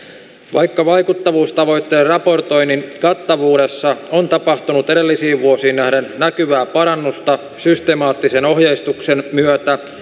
vaikka vaikuttavuustavoitteiden raportoinnin kattavuudessa on tapahtunut edellisiin vuosiin nähden näkyvää parannusta systemaattisen ohjeistuksen myötä